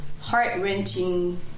heart-wrenching